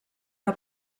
que